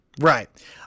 Right